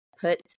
put